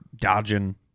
dodging